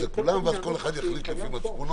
מינהלית כאמור בסעיף קטן (ב) שהיא עבירה מינהלית חוזרת,